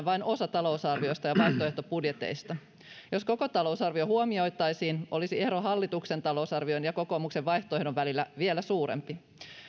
vain osa talousarviosta ja vaihtoehtobudjeteista jos koko talousarvio huomioitaisiin olisi ero hallituksen talousarvion ja kokoomuksen vaihtoehdon välillä vielä suurempi